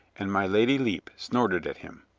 and my lady lepe snorted at him.